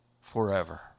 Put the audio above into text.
forever